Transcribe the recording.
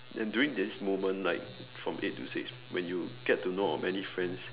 and during these moments like from eight to six when you get to know of many friends